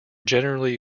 generally